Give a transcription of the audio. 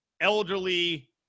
elderly